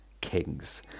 kings